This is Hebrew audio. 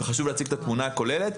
וחשוב להציג את התמונה הכוללת.